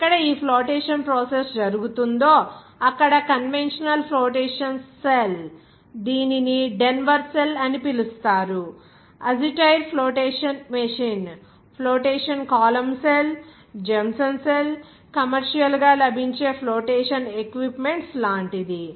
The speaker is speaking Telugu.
ఎక్కడ ఈ ఫ్లోటేషన్ ప్రాసెస్ జరుగుతోంధో అక్కడ కన్వెన్షనల్ ఫ్లోటేషన్ సెల్Conventional flotation cell దీనిని డెన్వర్ సెల్ అని పిలుస్తారు Agitair flotation machine flotation column cell Jameson cell commercial గా లభించే ఫ్లోటేషన్ ఎక్విప్మెంట్స్ లాంటిది